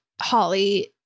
Holly